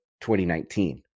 2019